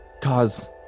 cause